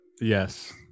Yes